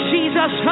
Jesus